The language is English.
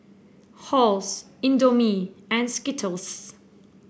Halls Indomie and Skittles